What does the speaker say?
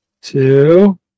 two